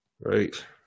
right